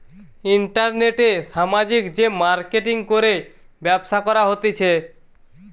ইন্টারনেটে সামাজিক যে মার্কেটিঙ করে ব্যবসা করা হতিছে